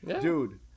dude